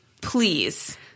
please